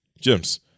James